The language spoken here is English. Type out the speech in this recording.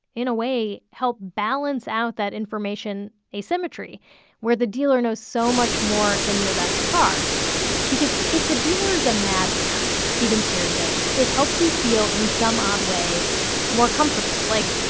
in a way, help balance out that information asymmetry where the dealer knows so much more than you about the car because if the dealer is a madman, steven's theory goes, it helps you feel in some odd way more comfortable. like,